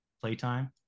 playtime